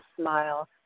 smile